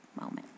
moment